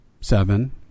seven